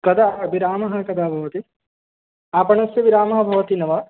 कदा विरामः कदा भवति आपणस्य विरामः भवति न वा